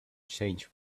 changed